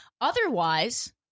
Otherwise